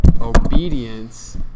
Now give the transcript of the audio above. obedience